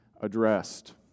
addressed